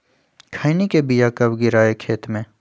खैनी के बिया कब गिराइये खेत मे?